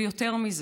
ויותר מזה,